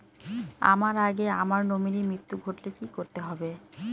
আমার আগে আমার নমিনীর মৃত্যু ঘটলে কি করতে হবে?